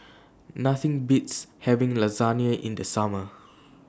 Nothing Beats having Lasagne in The Summer